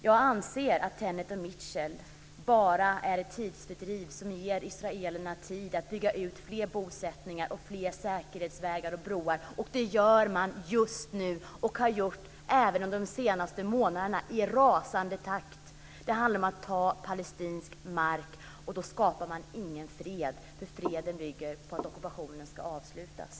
Jag anser att Tenet och Mitchell bara är ett tidsfördriv som ger israelerna tid att bygga ut fler bosättningar och fler säkerhetsvägar och broar, och det gör man just nu och har gjort det även under de senaste månaderna i rasande takt. Det handlar om att ta palestinsk mark, och då skapar man ingen fred, eftersom freden bygger på att ockupationen ska avslutas.